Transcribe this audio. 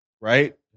right